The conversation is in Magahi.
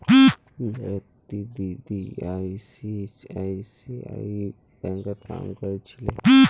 ज्योति दीदी आई.सी.आई.सी.आई बैंकत काम कर छिले